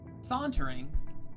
Sauntering